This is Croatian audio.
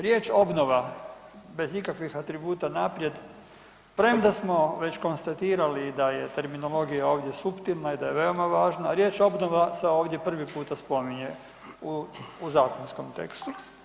Riječ obnova bez ikakvih atributa naprijed premda smo već konstatirali da je terminologija ovdje suptilna i da je veoma važna riječ obnova se ovdje prvi puta spominje u zakonskom tekstu.